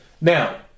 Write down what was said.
Now